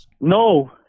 No